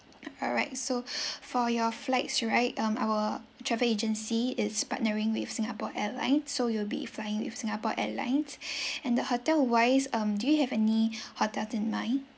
all right so for your flights right um our travel agency is partnering with singapore airlines so you'll be flying with singapore airlines and the hotel wise um do you have any hotel in mind